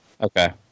Okay